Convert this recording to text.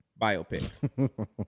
biopic